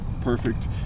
perfect